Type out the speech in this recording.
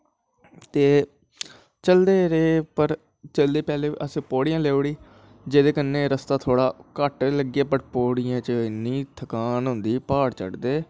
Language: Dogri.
चलदे रेह् पर पैह्लें असें पौढ़ियैं लेई ओ़ड़ी जेह्दे कन्नै रस्ता थोह्ड़ा घट्ट पर पौढ़ियें च इन्नी थकान होंदी पौढ़ियां चड़दे